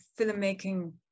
filmmaking